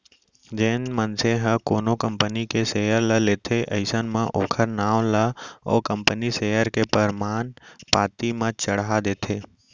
जेन मनसे ह कोनो कंपनी के सेयर ल लेथे अइसन म ओखर नांव ला ओ कंपनी सेयर के परमान पाती म चड़हा देथे